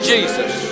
Jesus